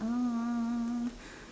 uh